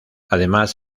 además